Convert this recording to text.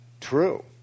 true